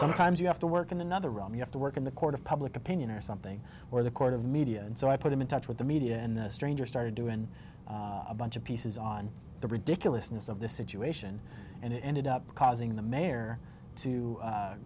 sometimes you have to work in another room you have to work in the court of public opinion or something or the court of media and so i put him in touch with the media and the stranger started doing a bunch of pieces on the ridiculousness of the situation and it ended up causing the mayor to